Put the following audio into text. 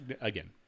Again